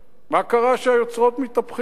מה קרה שהיוצרות מתהפכים כך?